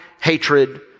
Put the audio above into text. hatred